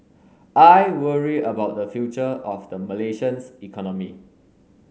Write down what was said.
I worry about the future of the Malaysians economy